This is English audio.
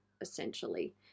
Essentially